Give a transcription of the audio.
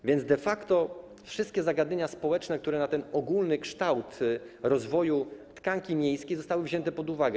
A więc de facto wszystkie zagadnienia społeczne, które wpływają na ten ogólny kształt rozwoju tkanki miejskiej, zostały wzięte pod uwagę.